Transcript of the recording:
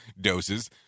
doses